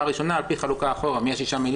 ראשונית בלבד על פי חלוקה אחורה של ה-6 מיליון.